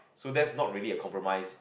so that's not really a compromise